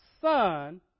son